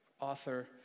author